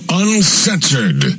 uncensored